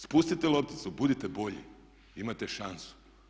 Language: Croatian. Spustite lopticu, budite bolji, imate šansu.